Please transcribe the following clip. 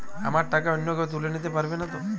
আমার টাকা অন্য কেউ তুলে নিতে পারবে নাতো?